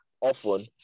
often